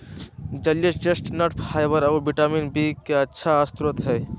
जलीय chestnut fibre आऊ vitamin B के अच्छा स्रोत हइ